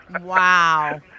Wow